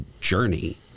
journey